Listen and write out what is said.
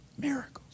Miracles